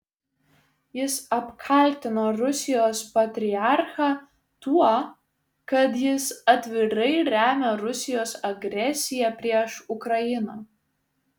jis apkaltino rusijos patriarchą tuo kad jis atvirai remia rusijos agresiją prieš ukrainą